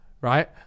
right